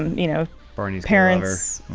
you know barney's parent